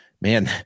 Man